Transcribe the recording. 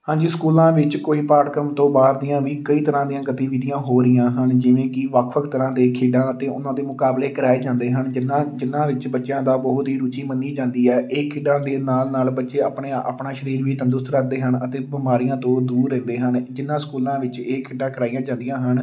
ਹਾਂਜੀ ਸਕੂਲਾਂ ਵਿੱਚ ਕੋਈ ਪਾਠਕ੍ਰਮ ਤੋਂ ਬਾਹਰ ਦੀਆਂ ਵੀ ਕਈ ਤਰ੍ਹਾਂ ਦੀਆਂ ਗਤੀਵਿਧੀਆਂ ਹੋ ਰਹੀਆਂ ਹਨ ਜਿਵੇਂ ਕਿ ਵੱਖ ਵੱਖ ਤਰ੍ਹਾਂ ਦੇ ਖੇਡਾਂ ਅਤੇ ਉਹਨਾਂ ਦੇ ਮੁਕਾਬਲੇ ਕਰਵਾਏ ਜਾਂਦੇ ਹਨ ਜਿਨ੍ਹਾਂ ਜਿਨ੍ਹਾਂ ਵਿੱਚ ਬੱਚਿਆਂ ਦਾ ਬਹੁਤ ਹੀ ਰੁਚੀ ਮੰਨੀ ਜਾਂਦੀ ਹੈ ਇਹ ਖੇਡਾਂ ਦੇ ਨਾਲ ਨਾਲ ਬੱਚੇ ਆਪਣੇ ਆਪਣਾ ਸਰੀਰ ਵੀ ਤੰਦਰੁਸਤ ਰੱਖਦੇ ਹਨ ਅਤੇ ਬਿਮਾਰੀਆਂ ਤੋਂ ਦੂਰ ਰਹਿੰਦੇ ਹਨ ਜਿਨ੍ਹਾਂ ਸਕੂਲਾਂ ਵਿੱਚ ਇਹ ਖੇਡਾਂ ਕਰਵਾਈਆਂ ਜਾਂਦੀਆਂ ਹਨ